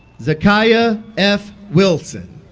zykia f. wilson